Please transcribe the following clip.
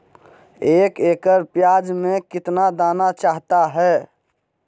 एक एकड़ प्याज में कितना दाना चाहता है?